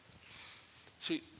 See